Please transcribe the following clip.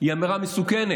היא אמירה מסוכנת,